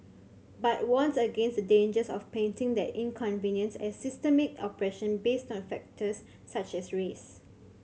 but warns against the dangers of painting that inconvenience as systemic oppression based on factors such as race